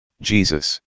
Jesus